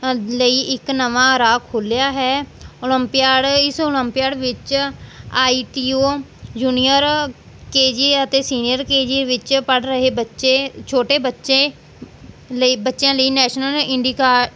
ਲਈ ਇੱਕ ਨਵਾਂ ਰਾਹ ਖੋਲ੍ਹਿਆ ਹੈ ਓਲੰਪੀਆਡ ਇਸ ਓਲੰਪੀਆਡ ਵਿੱਚ ਆਈਟੀਓ ਜੂਨੀਅਰ ਕੇਜੀ ਅਤੇ ਸੀਨੀਅਰ ਕੇਜੀ ਵਿੱਚ ਪੜ੍ਹ ਰਹੇ ਬੱਚੇ ਛੋਟੇ ਬੱਚੇ ਲਈ ਬੱਚਿਆਂ ਲਈ ਨੈਸ਼ਨਲ ਇੰਡੀਕਾ